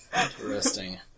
Interesting